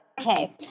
Okay